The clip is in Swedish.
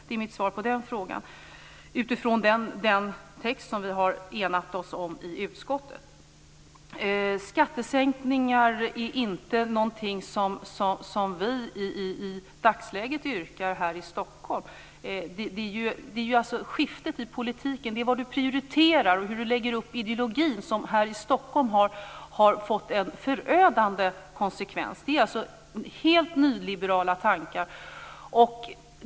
Det är mitt svar på den frågan utifrån den text som vi har enats om i utskottet. Skattesänkningar yrkar vi inte i dagsläget på här i Stockholm. Det är skiftet i politiken, prioriteringarna och ideologin, som här i Stockholm har fått förödande konsekvenser. Det är fråga om helt nyliberala tankar.